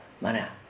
Mana